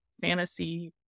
fantasy